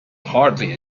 hardly